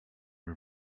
her